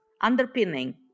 underpinning